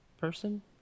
person